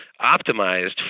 optimized